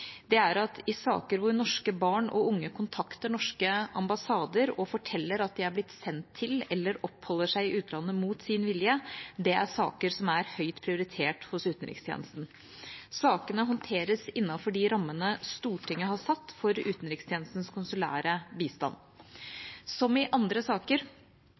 Det er at i saker hvor norske barn og unge kontakter norske ambassader og forteller at de er blitt sendt til eller oppholder seg i utlandet mot sin vilje, er saker som er høyt prioritert hos utenrikstjenesten. Sakene håndteres innenfor de rammene Stortinget har satt for utenrikstjenestens konsulære bistand. Som i andre saker